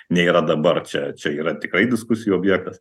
nėra dabar čia čia yra tikrai diskusijų objektas